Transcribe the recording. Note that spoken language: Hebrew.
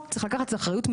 לא טעות.